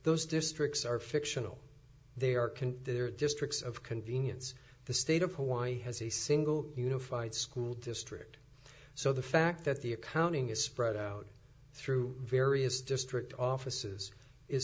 those districts are fictional they are can their districts of convenience the state of hawaii has a single unified school district so the fact that the accounting is spread out through various district offices is